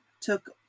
took